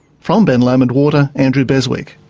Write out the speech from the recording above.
from ben lomond water, andrew beswick.